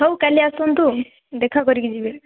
ହଉ କାଲି ଆସନ୍ତୁ ଦେଖା କରିକି ଯିବେ